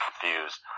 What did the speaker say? confused